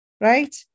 right